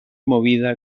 movida